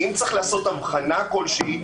אם צריך לעשות אבחנה כלשהי,